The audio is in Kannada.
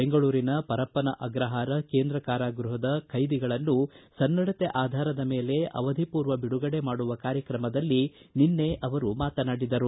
ಬೆಂಗಳೂರಿನ ಪರಪ್ಪನ ಅಗ್ರಹಾರ ಕೇಂದ್ರ ಕಾರಾಗೃಹದ ಖೈದಿಗಳನ್ನು ಸನ್ನಡತೆ ಆಧಾರದ ಮೇಲೆ ಅವಧಿಪೂರ್ವ ಬಿಡುಗಡೆ ಮಾಡುವ ಕಾರ್ಯಕ್ರಮದಲ್ಲಿ ನಿನ್ನೆ ಅವರು ಮಾತನಾಡಿದರು